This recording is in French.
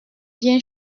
bien